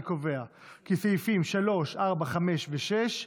אני קובע כי סעיפים 3, 4, 5, ו-6,